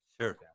Sure